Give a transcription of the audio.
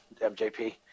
MJP